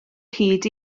hyd